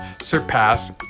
surpass